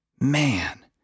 man